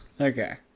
Okay